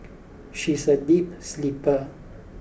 she is a deep sleeper